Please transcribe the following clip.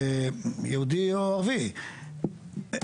יהודי או ערבי,